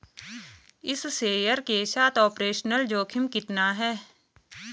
इस शेयर के साथ ऑपरेशनल जोखिम कितना है?